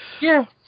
Yes